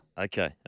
Okay